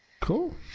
Cool